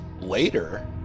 later